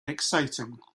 exciting